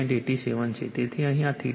87 o છે